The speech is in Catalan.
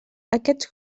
aquests